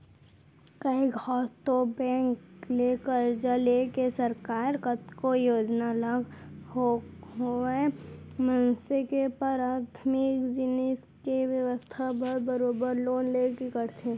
कइ घौं तो बेंक ले करजा लेके सरकार कतको योजना ल होवय मनसे के पराथमिक जिनिस के बेवस्था बर बरोबर लोन लेके करथे